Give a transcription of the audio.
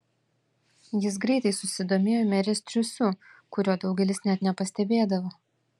jis greitai susidomėjo merės triūsu kurio daugelis net nepastebėdavo